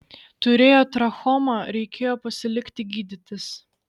turėjo trachomą reikėjo pasilikti gydytis